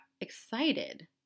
excited